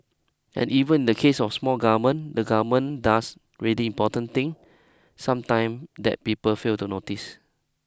and even in the case of small government the government does really important things sometimes that people fail to notice